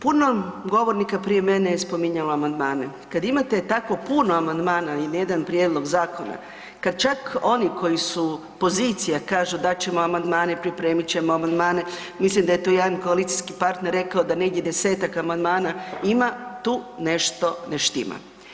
Puno govornika prije mene je spominjalo amandmane, kad imate tako puno amandmana na jedan prijedlog zakona, kada čak oni koji su pozicija kažu dat ćemo amandmane, pripremit ćemo amandmane mislim da je tu jedan koalicijski partner rekao da negdje desetak amandmana ima, tu nešto ne štima.